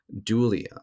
dulia